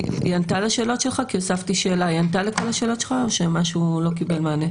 היא ענתה לכל השאלות שלך או שמשהו לא קיבל מענה?